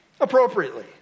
Appropriately